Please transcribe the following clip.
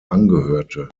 angehörte